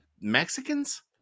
Mexicans